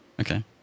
Okay